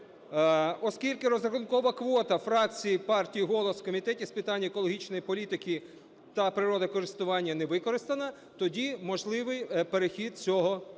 Оскільки розрахункова квота фракцій партії "Голос" в Комітеті з питань екологічної політики та природокористування не використана, тоді можливий перехід цього народного